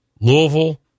Louisville